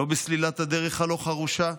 לא בסלילת הדרך הלא-חרושה,